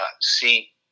see